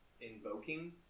invoking